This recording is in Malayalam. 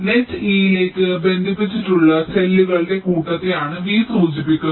നെറ്റ് E ലേക്ക് ബന്ധിപ്പിച്ചിട്ടുള്ള സെല്ലുകളുടെ കൂട്ടത്തെയാണ് V സൂചിപ്പിക്കുന്നത്